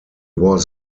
was